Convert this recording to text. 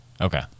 Okay